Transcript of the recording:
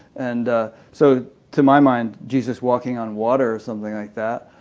and so to my mind, jesus walking on water or something like that,